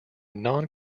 non